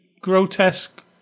grotesque